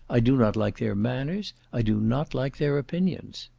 i do not like their manners, i do not like their opinions.